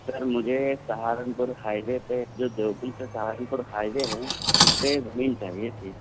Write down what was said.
سر مجھے سہارنپور ہائیوے پہ ایک جو دیوبند سے سہارنپور ہائیوے ہے اس پہ ہی زمین چاہیے تھی